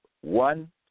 One